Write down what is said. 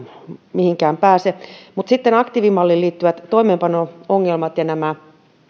mihinkään pääse mutta aktiivimalliin liittyvät toimeenpano ongelmat ja